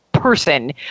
person